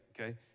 okay